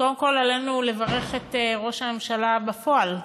קודם כול עלינו לברך את ראש הממשלה בפועל,